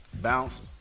Bounce